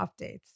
updates